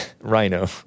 rhino